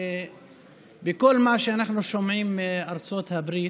בכל מה שאנחנו שומעים מארצות הברית,